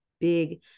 big